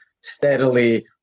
steadily